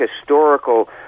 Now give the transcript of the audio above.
historical